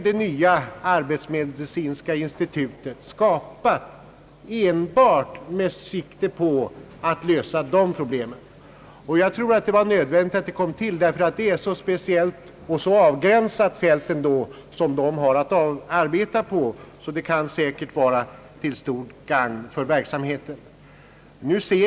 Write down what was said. Det nya arbetsmedicinska institutet är ju också skapat enbart med sikte på att lösa dessa problem. Jag tror att det var nödvändigt att institutet kom till, ty det är ett så speciellt och avgränsat fält som institutet har att arbeta på. Det kan säkert vara till stort gagn för verksamheten.